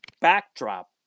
backdrop